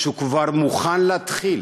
שהוא כבר מוכן להתחיל,